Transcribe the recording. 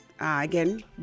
again